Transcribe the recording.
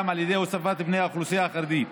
על ידי הוספת בני האוכלוסייה החרדית,